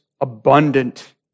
abundant